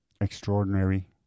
extraordinary